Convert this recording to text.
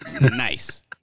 Nice